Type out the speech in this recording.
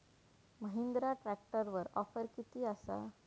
महिंद्रा ट्रॅकटरवर ऑफर किती आसा?